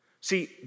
See